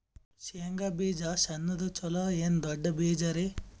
ಶೇಂಗಾ ಬೀಜ ಸಣ್ಣದು ಚಲೋ ಏನ್ ದೊಡ್ಡ ಬೀಜರಿ?